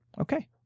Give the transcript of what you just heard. Okay